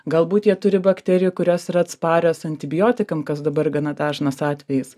galbūt jie turi bakterijų kurios yra atsparios antibiotikam kas dabar gana dažnas atvejis